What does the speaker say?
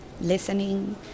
listening